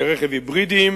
כלי-רכב היברידיים